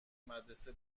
مدرسه